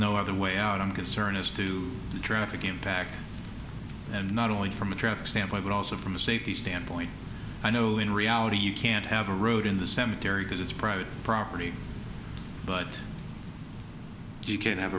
no other way out on concern is to the traffic impact and not only from a traffic standpoint but also from a safety standpoint i know in reality you can't have a road in the cemetery because it's private property but you can't have